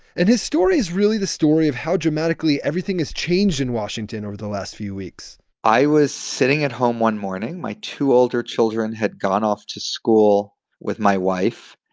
and his story is really the story of how dramatically everything has changed in washington over the last few weeks i was sitting at home one morning. my two older children had gone off to school with my wife,